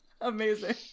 Amazing